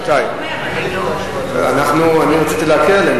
רבותי, אני רציתי להקל עליהם